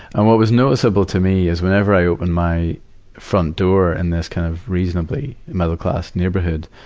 and what was noticeable to me is whenever i opened my front door, in this kind of reasonably middle-class neighborhood,